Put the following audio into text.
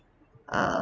err